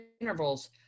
intervals